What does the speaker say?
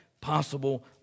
possible